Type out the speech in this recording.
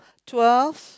twelve